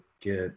get